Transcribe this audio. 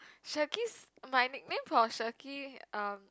Shakir's my nickname for Shakir um